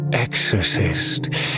exorcist